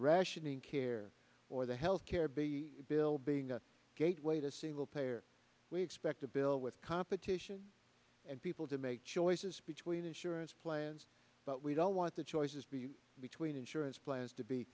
rationing care or the health care b bill being a gateway to single payer we expect a bill with competition and people to make choices between insurance plans but we don't want the choices be between insurance plans to be